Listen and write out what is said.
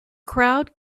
crowd